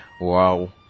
Wow